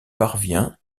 parvient